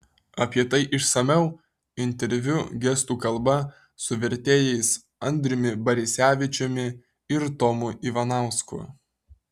apie tai išsamiau interviu gestų kalba su vertėjais andriumi barisevičiumi ir tomu ivanausku